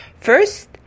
First